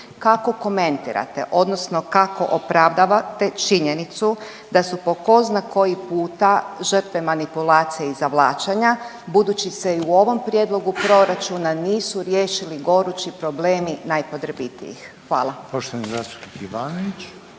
Kako komentirate odnosno kako opravdavate činjenicu da su po tko zna koji puta žrtve manipulacije i zavlačenje, budući se i u ovom prijedlogu proračuna nisu riješili gorući problemi najpotrebitijih. Hvala.